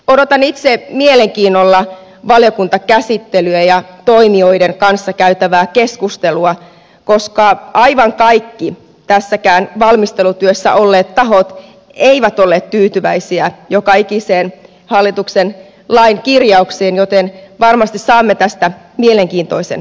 odotan itse mielenkiinnolla valiokuntakäsittelyä ja toimijoiden kanssa käytävää keskustelua koska aivan kaikki tässäkään valmistelutyössä olleet tahot eivät olleet tyytyväisiä joka ikiseen hallituksen lainkirjauksiin joten varmasti saamme tästä mielenkiintoisen paketin